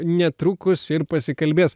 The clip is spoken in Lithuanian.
netrukus ir pasikalbės